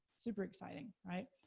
super-exciting, right?